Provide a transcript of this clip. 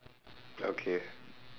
okay